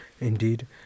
Indeed